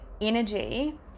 energy